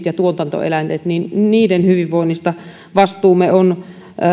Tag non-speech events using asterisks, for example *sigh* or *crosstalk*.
*unintelligible* ja tuotantoeläinten hyvinvoinnista vastuumme on